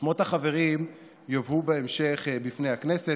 שמות החברים יובאו בהמשך בפני הכנסת.